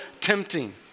tempting